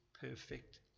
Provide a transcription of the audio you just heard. perfect